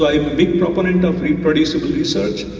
a big proponent of reproducible research,